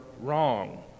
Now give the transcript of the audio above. wrong